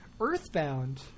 Earthbound